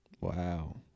Wow